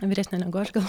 vyresnė negu aš gal